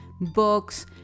books